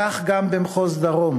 כך גם במחוז דרום,